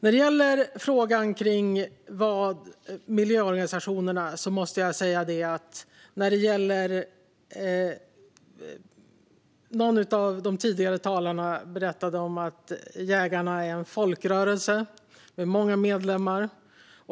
När det gäller miljöorganisationerna berättade någon av de tidigare talarna att jägarna är en folkrörelse med många medlemmar.